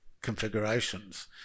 configurations